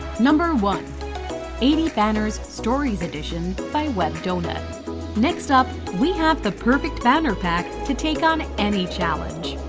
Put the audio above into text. number one eighty banners stories edition by webdonut next up we have the perfect banner pack to take on any challenge.